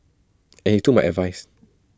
and he took my advice